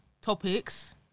topics